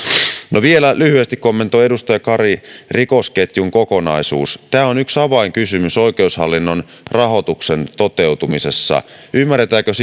kanssa vielä lyhyesti kommentoin edustaja kari rikosketjun kokonaisuutta tämä on yksi avainkysymys oikeushallinnon rahoituksen toteutumisessa ymmärretäänkö